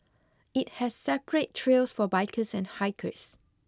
it has separate trails for bikers and hikers